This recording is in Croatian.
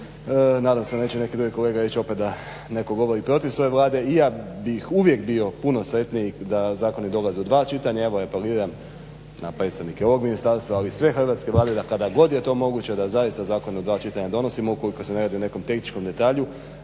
nadam se da neće neki drugi kolega reći opet da netko govori protiv svoje vlade. I ja bih uvijek bio puno sretniji da zakoni dolaze u dva čitanja. Evo apeliram na predsjednike ovog ministarstva ali i sve hrvatske vlade da kada god je to moguće da zaista zakone u dva čitanja donosimo ukoliko se ne radi o nekom tehničkom detalju.